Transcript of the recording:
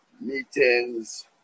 meetings